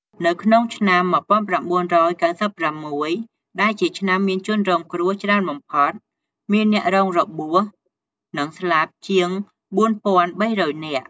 នៅក្នុង១៩៩៦ ដែលជាឆ្នាំមានជនរងគ្រោះច្រើនបំផុត មានអ្នករងរបួស និងស្លាប់ជាង ៤,៣០០ នាក់។